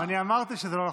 אני אמרתי שזה לא נכון.